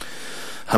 כמוה.